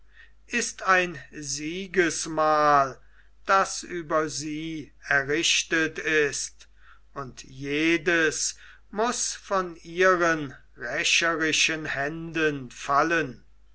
ist ein siegesmal das über sie errichtet ist und jedes muß von ihren rächerischen händen fallen